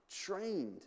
trained